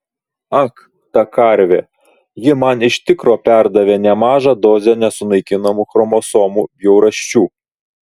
ak ta karvė ji man iš tikro perdavė nemažą dozę nesunaikinamų chromosomų bjaurasčių